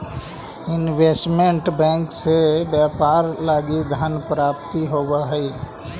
investment bank से व्यापार लगी धन प्राप्ति होवऽ हइ